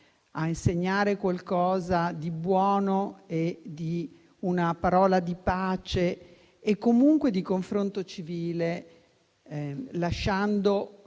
a insegnare qualcosa di buono e una parola di pace o comunque di confronto civile, lasciando